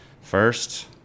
first